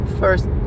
first